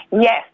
Yes